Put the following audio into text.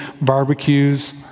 barbecues